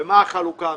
ומה החלוקה המגדרית.